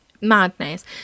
Madness